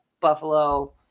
buffalo